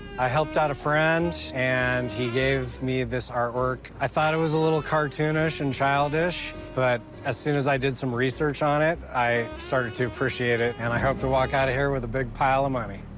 i helped out a friend, and he gave me this artwork. i thought it was a little cartoonish and childish, but as soon as i did some research on it, i started to appreciate it. and i hope to walk out of here with a big pile of money.